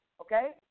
okay